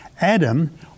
Adam